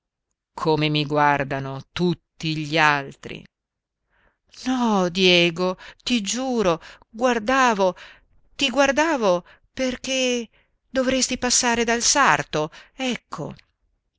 come mi guardano tutti gli altri no diego ti giuro guardavo ti guardavo perché dovresti passare dal sarto ecco